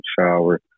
shower